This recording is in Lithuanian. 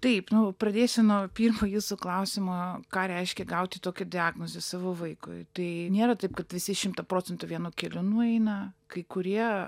taip pradėsiu nuo pirmo jūsų klausimo ką reiškia gauti tokią diagnozę savo vaikui tai nėra taip kad visi šimtą procentų vienu keliu nueina kai kurie